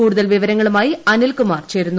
കൂടുതൽ വിവരങ്ങളുമായി അനിൽ കുമാർ ചേരുന്നു